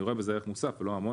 אני רואה באיזה ערך מוסף ולא המון,